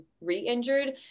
re-injured